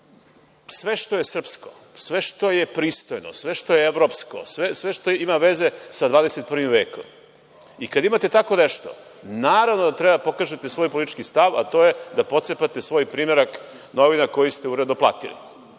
sve što je srpsko, sve što je pristojno, sve što je evropsko, sve što ima veze sa 21. vekom i kada imate tako nešto naravno da treba da pokažete svoj politički stav, a to je da pocepate svoj primerak novina koji ste uredno platili.